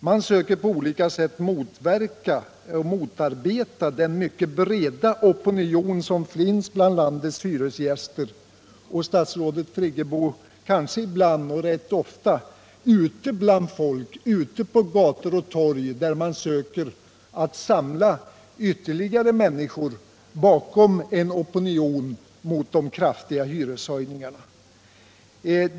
Man söker på olika sätt motarbeta den opinion som finns bland landets hyresgäster, men statsrådet Friggebo har kanske sett hur folk ute på gator och torg trots detta i allt större utsträckning samlas bakom opinionen mot de kraftiga hyreshöjningarna.